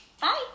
Bye